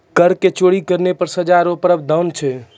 कर के चोरी करना पर सजा रो प्रावधान छै